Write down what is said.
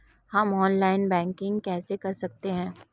हम online banking कैसे कर सकते हैं?